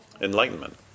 enlightenment